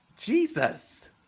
Jesus